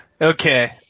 Okay